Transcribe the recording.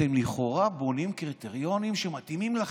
אתם לכאורה בונים קריטריונים שמתאימים לכם.